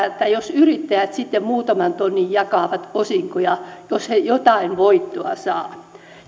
että jos yrittäjät sitten muutaman tonnin jakavat osinkoja jos he jotain voittoa